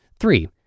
Three